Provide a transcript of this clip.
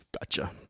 Gotcha